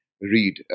read